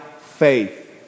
faith